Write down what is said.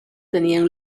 tenían